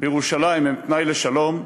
בירושלים הן תנאי לשלום.